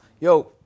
yo